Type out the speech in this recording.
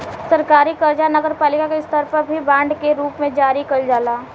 सरकारी कर्जा नगरपालिका के स्तर पर भी बांड के रूप में जारी कईल जाला